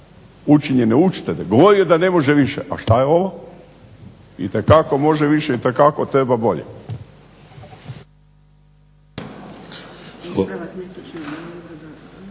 učinjene uštede, govorio je da ne može više. Pa što je ovo? Itekako može više, itekako treba bolje.